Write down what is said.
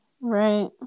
Right